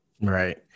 Right